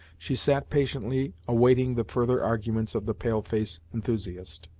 she sat patiently awaiting the further arguments of the pale-face enthusiast.